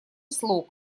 слог